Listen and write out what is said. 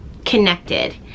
connected